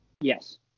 Yes